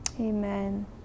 Amen